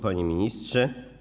Panie Ministrze!